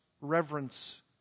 reverence